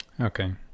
Okay